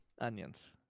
Onions